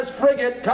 frigate